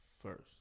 first